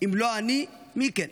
אם לא אני, מי כן?